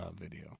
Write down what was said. video